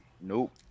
Nope